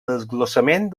desglossament